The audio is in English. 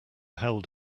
held